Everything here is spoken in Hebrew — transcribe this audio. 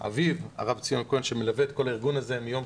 אביו, הרב ציון כהן שמלווה את כל הארגון הזה מהיום